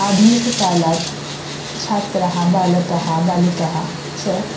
आधुनिककालात् छात्रः बालकः बालिकाः च